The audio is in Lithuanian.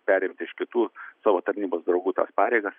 perimti iš kitų savo tarnybos draugų tas pareigas